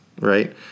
Right